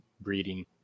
breeding